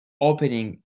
opening